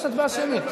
יש הצבעה שמית.